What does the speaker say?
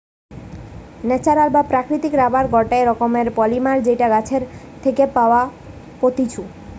natural বা প্রাকৃতিক rubber গটে রকমের পলিমার যেটা গাছের থেকে পাওয়া পাত্তিছু